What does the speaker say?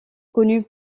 connue